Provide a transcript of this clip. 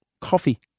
coffee